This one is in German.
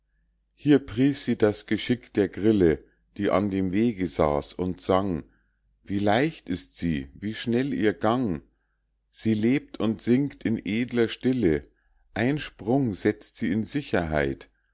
hier pries sie das geschick der grille die an dem wege saß und sang wie leicht ist sie wie schnell ihr gang sie lebt und singt in edler stille ein sprung setzt sie in sicherheit